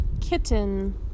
Kitten